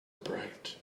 bright